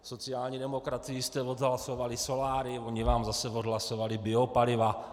Sociální demokracii jste odhlasovali solária, oni vám zase odhlasovali biopaliva.